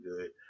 good